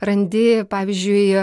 randi pavyzdžiui